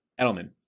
Edelman